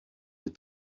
des